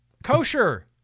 Kosher